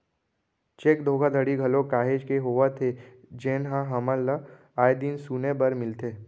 cheque धोखाघड़ी घलोक काहेच के होवत हे जेनहा हमन ल आय दिन सुने बर मिलथे